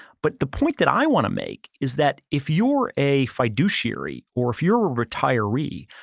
but the point that i want to make is that if you're a fiduciary or if you're a retiree,